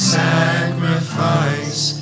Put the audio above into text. sacrifice